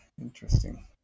interesting